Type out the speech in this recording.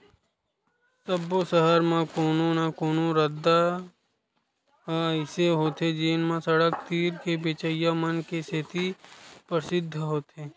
सब्बो सहर म कोनो न कोनो रद्दा ह अइसे होथे जेन म सड़क तीर के बेचइया मन के सेती परसिद्ध होथे